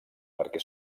perquè